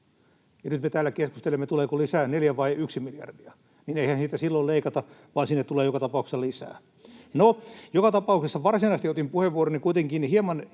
kun me täällä keskustelemme, tuleeko lisää neljä vai yksi miljardia, niin eihän siitä silloin leikata vaan sinne tulee joka tapauksessa lisää. No, joka tapauksessa varsinaisesti otin puheenvuoroni kuitenkin hieman